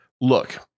Look